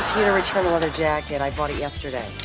here to return another jacket, i bought it yesterday. oh,